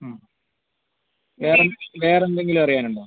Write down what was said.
വേറെ വേറെ എന്തെങ്കിലും അറിയാൻ ഉണ്ടോ